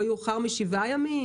אולי לא יאוחר משבעה ימים,